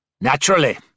Naturally